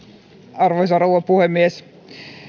arvoisa rouva puhemies